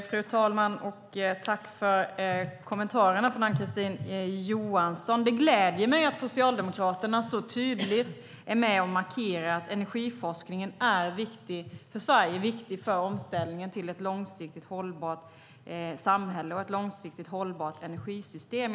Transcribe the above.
Fru talman! Tack för kommentarerna från Ann-Kristine Johansson! Det gläder mig att Socialdemokraterna tydligt är med och markerar att energiforskningen är viktig för Sverige, viktig för omställningen till ett långsiktigt hållbart samhälle och ett långsiktigt hållbart energisystem.